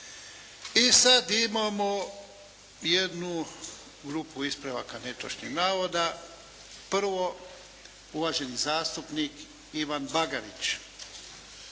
E, sada imamo jednu grupu ispravaka netočnih navoda. Prvo, uvaženi zastupnik Ivan Bagarić.